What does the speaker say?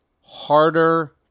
harder